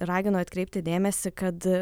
ragino atkreipti dėmesį kad